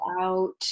out